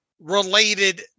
related